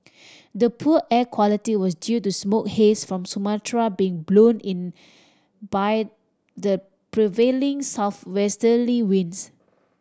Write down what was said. the poor air quality was due to smoke haze from Sumatra being blown in by the prevailing southwesterly winds